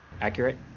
accurate